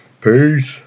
Peace